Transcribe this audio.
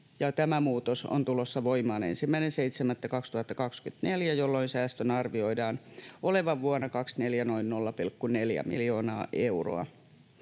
Tämä muutos on tulossa voimaan 1.7.2024, jolloin säästön arvioidaan olevan vuonna 24 noin 0,4 miljoonaa euroa.